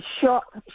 shock